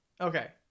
okay